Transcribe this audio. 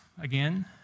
Again